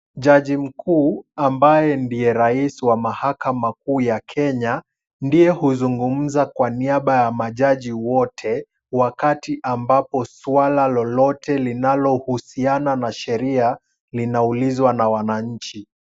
Jaji mkuu ambaye ndiye rais wa mahakama kuu ya Kenya, ndiye huzungumza kwa niaba ya majaji wote wakati ambapo swala lolote linalohusiana na sheria linaulizwa na wananchi.